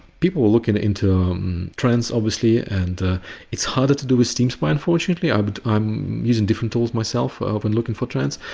people looking into trends obviously and it's harder to do with steam spy unfortunately, ah but i'm using different tools myself, when looking for trends,